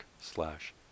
slash